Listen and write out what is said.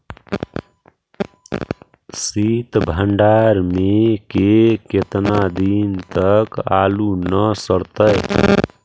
सित भंडार में के केतना दिन तक आलू न सड़तै?